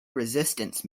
resistance